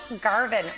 Garvin